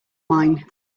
mine